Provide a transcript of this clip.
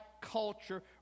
culture